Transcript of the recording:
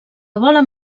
volen